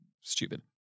stupid